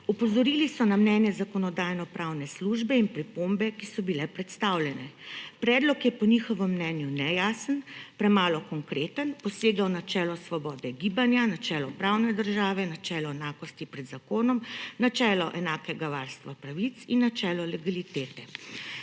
Opozorili so na mnenje Zakonodajno-pravne službe in pripombe, ki so bile predstavljene. Predlog je po njihovem mnenju nejasen, premalo konkreten, posega v načelo svobode gibanja, načelo pravne države, načelo enakosti pred zakonom, načelo enakega varstva pravic in načelo legalitete.